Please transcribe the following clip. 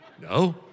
no